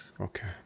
Okay